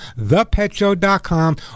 thepetshow.com